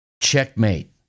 Checkmate